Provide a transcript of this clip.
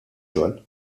xogħol